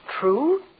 true